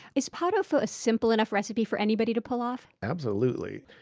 is pot au feu a simple enough recipe for anybody to pull off? absolutely.